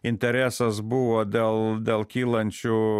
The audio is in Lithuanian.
interesas buvo dėl dėl kylančių